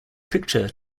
picture